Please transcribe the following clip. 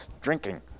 drinking